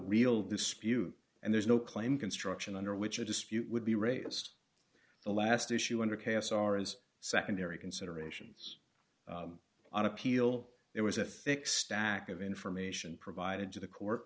real dispute and there's no claim construction under which a dispute would be raised the last issue under k s r is secondary considerations on appeal there was a thick stack of information provided to the court